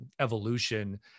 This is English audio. evolution